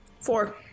Four